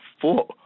four